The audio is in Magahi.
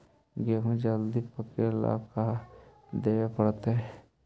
गेहूं जल्दी पके ल का देबे पड़तै?